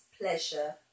pleasure